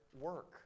work